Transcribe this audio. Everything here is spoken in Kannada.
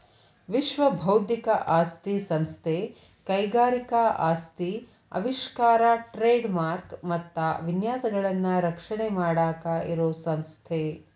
ವಿಶ್ವ ಬೌದ್ಧಿಕ ಆಸ್ತಿ ಸಂಸ್ಥೆ ಕೈಗಾರಿಕಾ ಆಸ್ತಿ ಆವಿಷ್ಕಾರ ಟ್ರೇಡ್ ಮಾರ್ಕ ಮತ್ತ ವಿನ್ಯಾಸಗಳನ್ನ ರಕ್ಷಣೆ ಮಾಡಾಕ ಇರೋ ಸಂಸ್ಥೆ